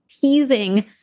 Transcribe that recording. teasing